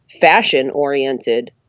fashion-oriented